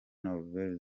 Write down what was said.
nouvelle